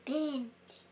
Binge